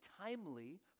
timely